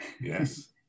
Yes